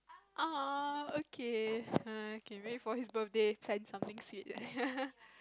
!aw! okay [hurhur] okay wait for his birthday plan something sweet